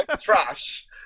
trash